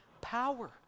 power